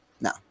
No